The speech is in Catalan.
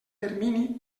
termini